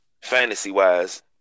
fantasy-wise